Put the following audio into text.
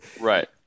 right